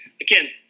Again